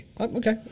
Okay